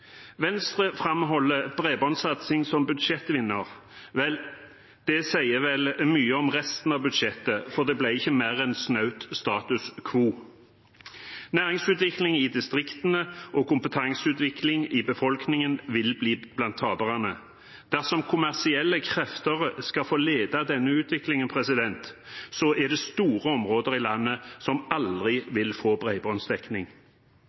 Venstre framholder bredbåndsatsing som budsjettvinner. Vel, det sier vel mye om resten av budsjettet, for det ble ikke mer enn snaut status quo. Næringsutvikling i distriktene og kompetanseutvikling i befolkningen vil bli blant taperne. Dersom kommersielle krefter skal få lede denne utviklingen, er det store områder i landet som